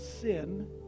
sin